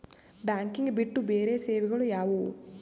Banking ಬಿಟ್ಟು ಬೇರೆ ಸೇವೆಗಳು ಯಾವುವು?